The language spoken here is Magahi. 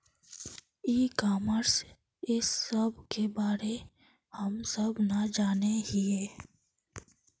ई कॉमर्स इस सब के बारे हम सब ना जाने हीये?